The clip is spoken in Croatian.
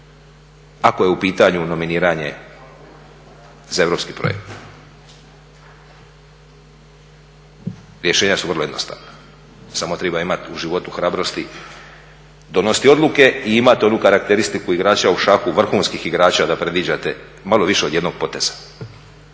ako je u pitanju nominiranje za europski projekt. Rješenja su vrlo jednostavna, samo treba imat u životu hrabrosti donositi odluke i imati onu karakteristiku igrača, šaku vrhunskih igrača da predviđate malo više od jednog poteza